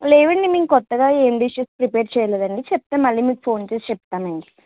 లేవండి మేము కొత్తగా ఏం డిషెస్ ప్రిపేర్ చేయలేదండి చెప్తే మళ్ళి మీకు ఫోన్ చేసి చెప్తానండి